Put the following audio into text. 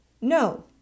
No